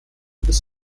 bis